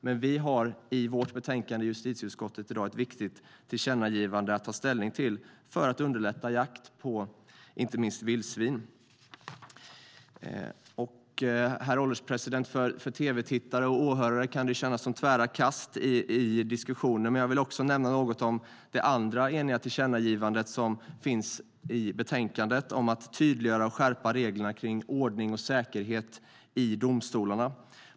Men vi har i vårt betänkande i justitieutskottet i dag ett viktigt tillkännagivande att ta ställning till för att underlätta jakt på inte minst vildsvin. Herr ålderspresident! För tv-tittare och åhörare kan det kännas som tvära kast i diskussionen, men jag vill också nämna något om det andra eniga tillkännagivande som finns i betänkandet och som handlar om att tydliggöra och skärpa reglerna kring ordning och säkerhet i domstolarna.